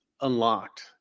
unlocked